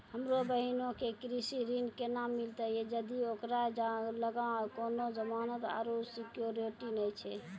हमरो बहिनो के कृषि ऋण केना मिलतै जदि ओकरा लगां कोनो जमानत आरु सिक्योरिटी नै छै?